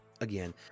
again